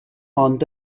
ond